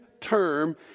term